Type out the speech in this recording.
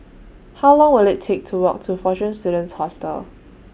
How Long Will IT Take to Walk to Fortune Students Hostel